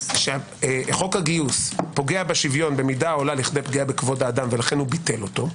שחוק הגיוס פוגע בשוויון במידה העולה לפגיעה בכבוד האדם ולכן ביטל אותו.